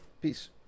Peace